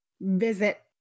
visit